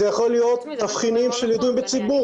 זה יכול להיות תבחינים של ידועים בציבור,